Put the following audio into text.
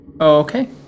Okay